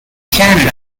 canada